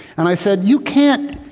and i said you can't,